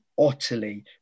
utterly